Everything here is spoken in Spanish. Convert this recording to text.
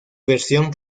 versión